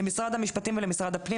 למשרד המשפטים ולמשרד הפנים,